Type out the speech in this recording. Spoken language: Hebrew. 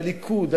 "הליכוד",